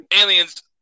Aliens